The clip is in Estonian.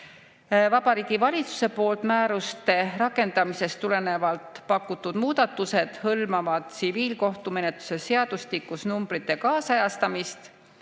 Vabariigi Valitsuse poolt määruste rakendamisest tulenevalt pakutud muudatused hõlmavad tsiviilkohtumenetluse seadustikus numbrite kaasajastamist